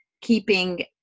keeping